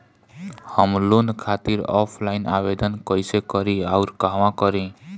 हम लोन खातिर ऑफलाइन आवेदन कइसे करि अउर कहवा करी?